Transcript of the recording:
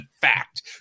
fact